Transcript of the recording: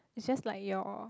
is just like your